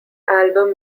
album